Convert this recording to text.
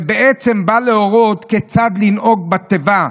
זה בעצם בא להורות כיצד לנהוג בתיבה,